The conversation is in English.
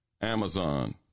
Amazon